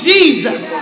Jesus